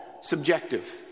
subjective